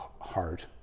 heart